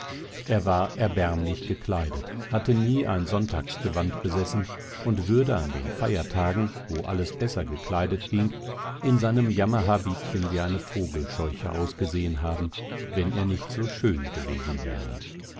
er war erbärmlich gekleidet hatte nie ein sonntagsgewand besessen und würde an den feiertagen wo alles besser gekleidet ging in seinem jammerhabitchen wie eine vogelscheuche ausgesehen haben wenn er nicht so schön gewesen wäre